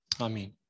Amen